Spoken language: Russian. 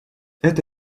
это